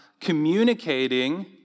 communicating